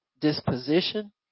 disposition